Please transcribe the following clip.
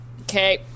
Okay